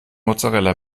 mozzarella